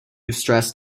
stressed